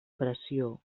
pressió